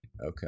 Okay